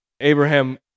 Abraham